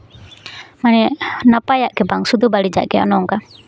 ᱢᱟᱱᱮ ᱱᱟᱯᱟᱭᱟᱜ ᱫᱚ ᱵᱟᱝ ᱥᱩᱫᱷᱩ ᱵᱟᱹᱲᱤᱡᱟᱜ ᱜᱮ ᱚᱱᱮ ᱚᱱᱠᱟ